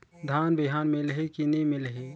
धान बिहान मिलही की नी मिलही?